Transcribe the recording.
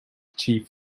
chief